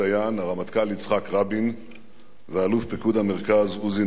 הרמטכ"ל יצחק רבין ואלוף פיקוד המרכז עוזי נרקיס